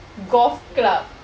golf club